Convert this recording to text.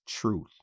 truth